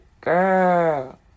girl